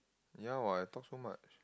ya what I talk so much